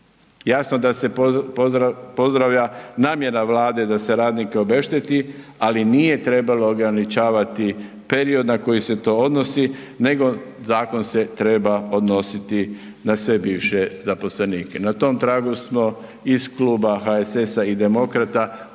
jasno da se pozdravlja namjera Vlade da se radnike obešteti, ali nije trebalo ograničavati period na koji se to odnosi, nego zakon se treba odnositi na sve bivše zaposlenike, na tom tragu smo iz Kluba HSS-a i Demokrata uputili